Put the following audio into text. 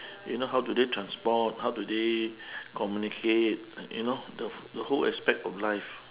you know how do they transport how do they communicate you know the the whole aspect of life